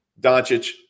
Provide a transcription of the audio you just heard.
Doncic